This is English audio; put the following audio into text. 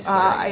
yes correct